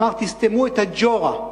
אמר: תסתמו את הג'ורה.